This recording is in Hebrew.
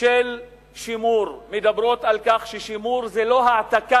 של שימור מדברות על כך, ששימור זה לא העתקה